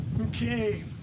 okay